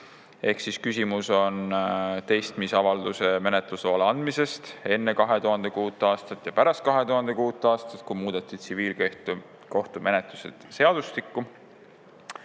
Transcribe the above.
Ehk siis küsimus on teistmisavaldusele menetlusloa andmisest enne 2006. aastat ja pärast 2006. aastat, kui muudeti tsiviilkohtumenetluse seadustikku.